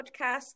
podcast